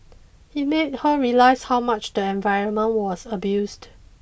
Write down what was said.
it made her realise how much the environment was abused